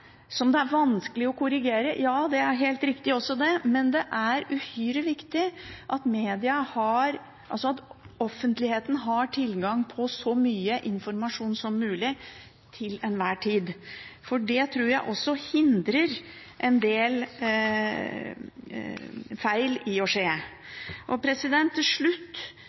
som det er vanskelig å korrigere – ja, det er helt riktig også det – men det er uhyre viktig at offentligheten har tilgang til så mye informasjon som mulig til enhver tid. Det tror jeg også hindrer en del feil i å skje. Til slutt: Vi har hatt en høring på denne saken. Norsk Redaktørforening og